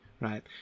right